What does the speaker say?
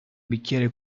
bicchiere